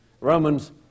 Romans